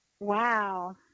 Wow